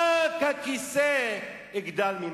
רק הכסא אגדל ממך"